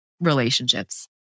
relationships